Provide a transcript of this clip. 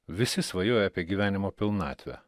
visi svajoja apie gyvenimo pilnatvę